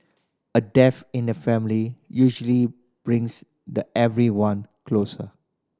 a death in the family usually brings the everyone closer